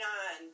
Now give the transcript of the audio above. on